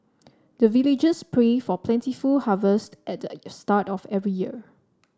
the villagers pray for plentiful harvest at the start of every year